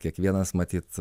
kiekvienas matyt